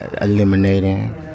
eliminating